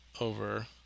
over